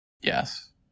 yes